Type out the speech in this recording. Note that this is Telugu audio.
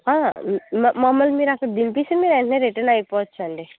ఆ మ మమ్మల్ని మీరు అక్కడ దింపేసి మీరు వెంటనే రిటర్న్ అయిపోవచ్చండి